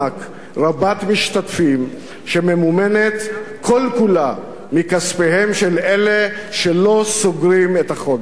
רבת-משתתפים שממומנת כל-כולה מכספיהם של אלה שלא סוגרים את החודש.